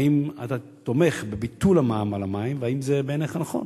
האם אתה תומך בביטול המע"מ על המים והאם זה בעיניך נכון.